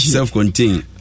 Self-contained